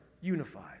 unified